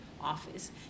office